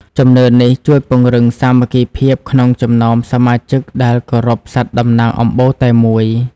ជំនឿនេះជួយពង្រឹងសាមគ្គីភាពក្នុងចំណោមសមាជិកដែលគោរពសត្វតំណាងអំបូរតែមួយ។